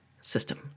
system